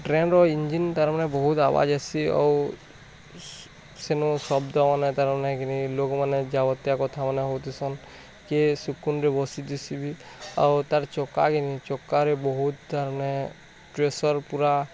ଟ୍ରେନ୍ର ଇଞ୍ଜିନ୍ ତାର୍ ମାନେ ବହୁତ୍ ଆବାଜ୍ ଆସିଛି ଆଉ ସେନୁ ଶବ୍ଦ ନା ତା'ର ନାହିଁ କିରି ଲୋକ୍ମାନେ ଯାବତ୍ୟ କଥାମାନ ହଉଥିସନ୍ କିଏ ସୁକୁନ୍ରେ ବସିଚି ସିଏ ବି ଆଉ ତାର୍ ଚକା କେନେ ଚକାରେ ବହୁତ ତାର୍ ମାନେ ପ୍ରେସର୍ ପୁରା